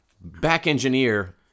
back-engineer